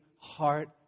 heart